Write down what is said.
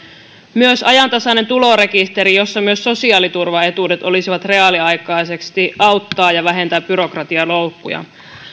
myös ajantasainen tulorekisteri jossa myös sosiaaliturvaetuudet olisivat reaaliaikaisesti auttaa ja vähentää byrokratialoukkuja